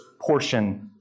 portion